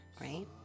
right